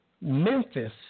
Memphis